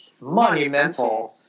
monumental